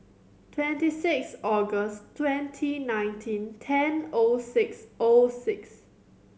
twenty six August twenty nineteen ten O six O six